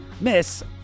Miss